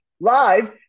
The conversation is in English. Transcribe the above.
live